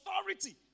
authority